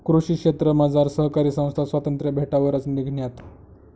कृषी क्षेत्रमझार सहकारी संस्था स्वातंत्र्य भेटावरच निंघण्यात